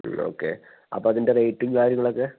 okay അപ്പോൾ അതിൻ്റെ റേറ്റും കാര്യങ്ങളൊക്കെ